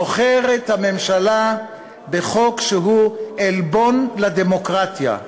בוחרת הממשלה בחוק שהוא עלבון לדמוקרטיה.